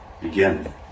begin